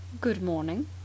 Good-morning